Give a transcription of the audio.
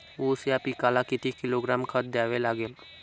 ऊस या पिकाला किती किलोग्रॅम खत द्यावे लागेल?